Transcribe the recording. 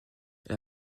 elle